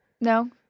No